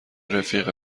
رفیق